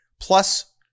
plus